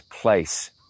place